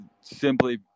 simply